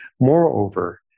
Moreover